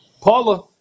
Paula